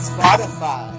Spotify